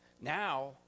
Now